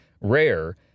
rare